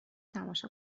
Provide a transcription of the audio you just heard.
تماشا